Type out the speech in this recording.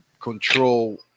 control